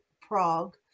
Prague